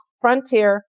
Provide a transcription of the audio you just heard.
Frontier